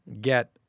get